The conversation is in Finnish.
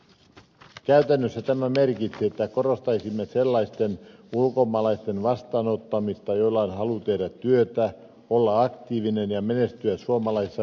käytännössä tämä merkitsee sitä että korostaisimme sellaisten ulkomaalaisten vastaanottamista joilla on halu tehdä työtä olla aktiivisia ja menestyä suomalaisessa yhteiskunnassa